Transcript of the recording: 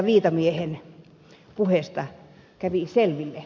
viitamiehen puheesta kävi selville